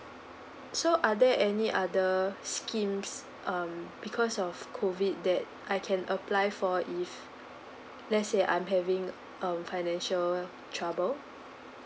so are there any other schemes um because of COVID that I can apply for if let's say I'm having um financial trouble